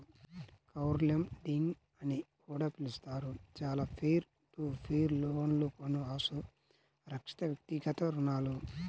crowdlending అని కూడా పిలుస్తారు, చాలా పీర్ టు పీర్ లోన్లుఅసురక్షితవ్యక్తిగత రుణాలు